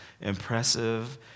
impressive